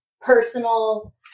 personal